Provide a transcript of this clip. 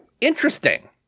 interesting